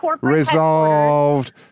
resolved